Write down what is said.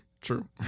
true